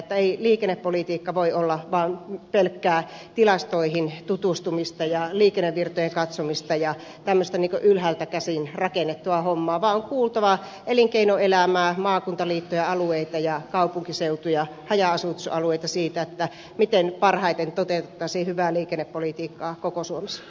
ei liikennepolitiikka voi olla vaan pelkkää tilastoihin tutustumista ja liikennevirtojen katsomista ja tämmöistä ikään kuin ylhäältä käsin rakennettua hommaa vaan on kuultava elinkeinoelämää maakuntaliittoja ja alueita ja kaupunkiseutuja haja asutusalueita siitä miten parhaiten toteutettaisiin hyvää liikennepolitiikkaa koko suomessa